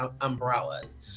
umbrellas